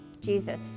Jesus